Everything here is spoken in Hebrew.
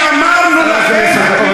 כשאמרנו לכם: הכיבוש,